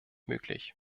möglich